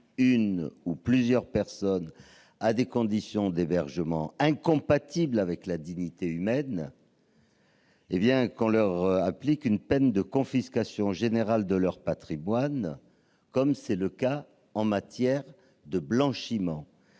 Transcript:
une ou plusieurs personnes à des conditions d'hébergement incompatibles avec la dignité humaine une peine de confiscation générale de leur patrimoine, comme c'est le cas en matière de blanchiment.